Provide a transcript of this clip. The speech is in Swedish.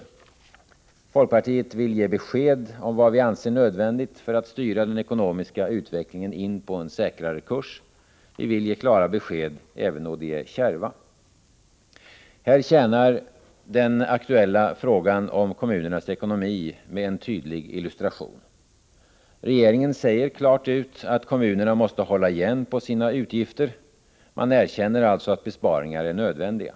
Vi i folkpartiet vill ge besked om vad vi anser vara nödvändigt när det gäller att styra den ekonomiska utvecklingen in på en säkrare kurs. Vi vill ge klara besked, även om dessa är kärva. Här tjänar den aktuella frågan om kommunernas ekonomi som en tydlig illustration. Regeringen säger klart ut att kommunerna måste hålla igen på sina utgifter. Man erkänner alltså att besparingar är nödvändiga.